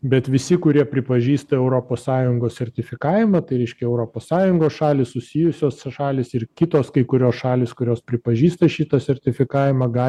bet visi kurie pripažįsta europos sąjungos sertifikavimą tai reiškia europos sąjungos šalys susijusios šalys ir kitos kai kurios šalys kurios pripažįsta šitą sertifikavimą gali